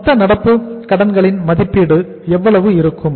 மொத்த நடப்பு கடன்களின் மதிப்பீடு எவ்வளவு இருக்கும்